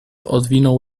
odwinął